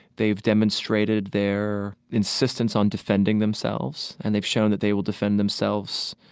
they've demonstrated their insistence on defending themselves, and they've shown that they will defend themselves